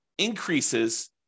increases